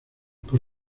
por